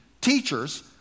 teachers